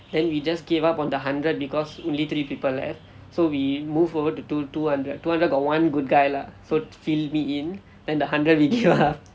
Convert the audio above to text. then we just gave up on the hundred because only three people left so we move over to do two hundred two hundred got one good guy lah so field me in then the hundred we give up